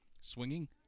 Swinging